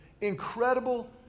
incredible